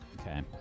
Okay